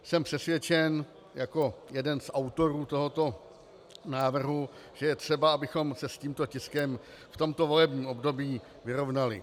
Jsem přesvědčen jako jeden z autorů tohoto návrhu, že je třeba, abychom se s tímto tiskem v tomto volebním období vyrovnali.